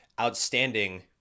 outstanding